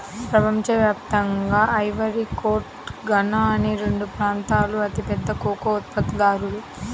ప్రపంచ వ్యాప్తంగా Ivory Coast, Ghana అనే రెండు ప్రాంతాలూ అతిపెద్ద కోకో ఉత్పత్తిదారులు